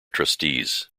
trustees